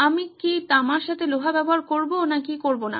আমি কি তামার সাথে লোহা ব্যবহার করবো নাকি করবো না